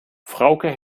frauke